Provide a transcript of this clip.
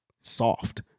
soft